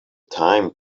time